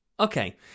Okay